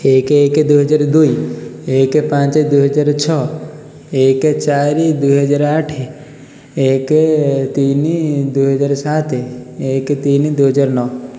ଏକ ଏକ ଦୁଇ ହଜାର ଦୁଇ ଏକ ପାଞ୍ଚ ଦୁଇହଜାର ଛଅ ଏକ ଚାରି ଦୁଇ ହଜାର ଆଠ ଏକ ତିନି ଦୁଇ ହଜାରେ ସାତ ଏକ ତିନି ଦୁଇ ହଜାର ନଅ